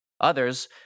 Others